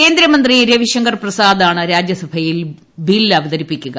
കേന്ദ്രമന്ത്രി രവിശങ്കർ പ്രസാദാണ് രാജ്യസഭയിൽ ബിൽ അവതരിപ്പിക്കുക